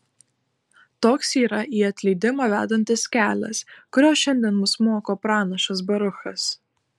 toks yra į atleidimą vedantis kelias kurio šiandien mus moko pranašas baruchas